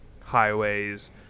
highways